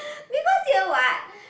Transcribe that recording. because year what